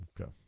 okay